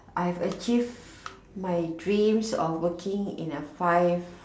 I've achieved my dreams of working in a five